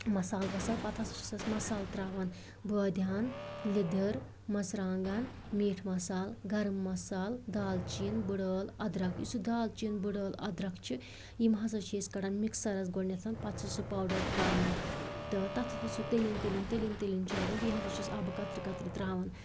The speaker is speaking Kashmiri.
مصالہ وصالہ پتہٕ ہسا چھِسس مصالہ تراوان بٲدِیان لِدٕر مرژٕوانگَن میٖٹ مصالہٕ گرم مصالہٕ دالچیٖن بٔڑٕ عٲل ادرک یُس یہِ دالچیٖن بٔڑٕ عٲل ادرک چھِ یِم ہسا چھِ أسۍ کڑان مِکسَرَس گۄڈٕنٮ۪تھ پتہٕ چھِ سٔہ پوڈَر تراوَن تہٕ یُتھٕے سُہ تٔلِنۍ تٔلِنۍ تٔلِنۍ تٔلِنۍ چھِ لَگان بیٚیہِ ہسا چھِس آبہٕ قطرٕ قطرٕ تراوان